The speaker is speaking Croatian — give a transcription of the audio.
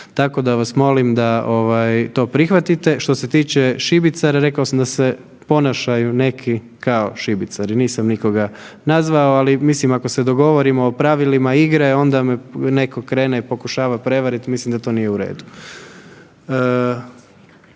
Tako da vas molim da ovaj to prihvatite. Što se tiče šibicara, rekao sam da se ponašaju neki kao šibicari, nisam nikoga nazvao, ali mislim ako se dogovorimo o pravilima igra onda me neko krene i pokušava prevarit i mislim da to nije u redu.